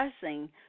discussing